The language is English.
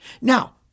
Now